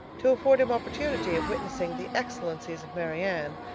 to afford him opportunity of witnessing the excellencies of marianne,